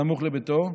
סמוך לביתו,